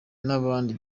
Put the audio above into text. n’abandi